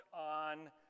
on